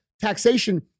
Taxation